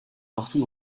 partout